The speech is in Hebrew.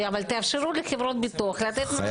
אבל תאפשרו לחברות הביטוח לתת --- חברתיות.